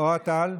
אוהד טל.